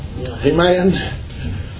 Amen